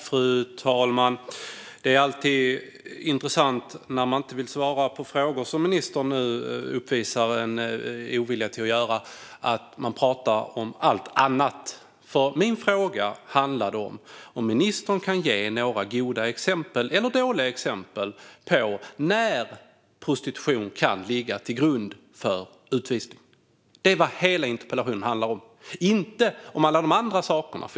Fru talman! Det är alltid intressant när man inte vill svara på frågor, vilket ministern nu uppvisar en ovilja att göra, och i stället pratar om allt annat. Min fråga handlade om huruvida ministern kan ge några goda exempel, eller dåliga, på när prostitution kan ligga till grund för utvisning. Det var vad hela interpellationen handlade om, inte alla de andra sakerna.